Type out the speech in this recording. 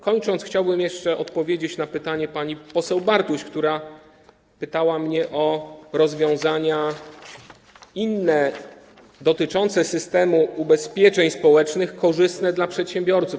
Kończąc, chciałbym jeszcze odpowiedzieć na pytanie pani poseł Bartuś, która pytała mnie o inne rozwiązania dotyczące systemu ubezpieczeń społecznych korzystne dla przedsiębiorców.